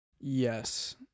Yes